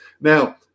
Now